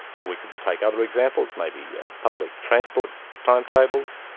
we could take other examples. maybe ah public transport timetables,